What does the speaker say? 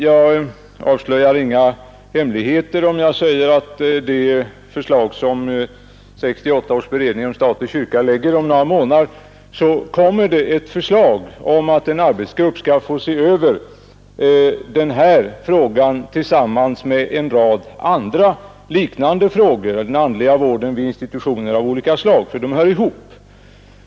Jag avslöjar inga hemligheter om jag säger att med det betänkande, som 1968 års beredning om stat och kyrka lägger om några månader, kommer ett förslag om att en arbetsgrupp skall få se över denna fråga tillsammans med en rad andra liknande frågor rörande den andliga vården vid institutioner av olika slag; alla dessa frågor hör ju ihop.